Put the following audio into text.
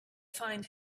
find